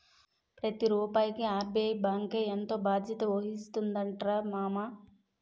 ప్రతి రూపాయికి ఆర్.బి.ఐ బాంకే ఎంతో బాధ్యత వహిస్తుందటరా మామా